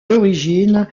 l’origine